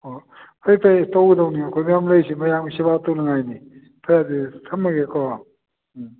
ꯍꯣꯏ ꯐꯔꯦ ꯐꯔꯦ ꯇꯧꯒꯗꯧꯅꯤ ꯑꯩꯈꯣꯏ ꯃꯌꯥꯝ ꯂꯩꯔꯤꯁꯤ ꯃꯌꯥꯝꯒꯤ ꯁꯦꯕꯥ ꯇꯧꯅꯤꯉꯥꯏꯅꯤ ꯐꯔꯦ ꯑꯗꯨꯗꯤ ꯊꯝꯃꯒꯦꯀꯣ ꯎꯝ